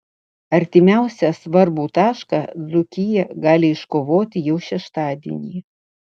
artimiausią svarbų tašką dzūkija gali iškovoti jau šeštadienį